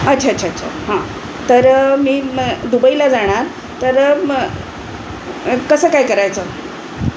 अच्छा अच्छा अच्छा हां तर मी म दुबईला जाणार तर मग कसं काय करायचं